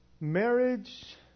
Marriage